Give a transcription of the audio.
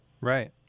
Right